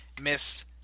Miss